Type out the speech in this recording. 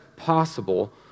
possible